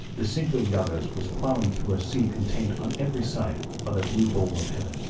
the cinco llagas was ploughing through a sea contained on every side by the blue bowl of heaven.